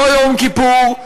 לא יום כיפור,